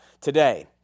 today